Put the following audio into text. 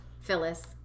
Phyllis